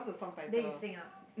then you sing ah